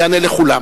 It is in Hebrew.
יענה לכולם?